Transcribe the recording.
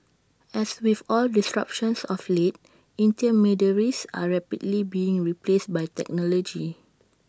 as with all disruptions of late intermediaries are rapidly being replaced by technology